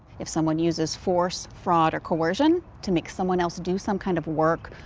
if someone uses force, fraud, or coercion to make someone else do some kind of work,